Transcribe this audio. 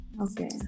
okay